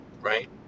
right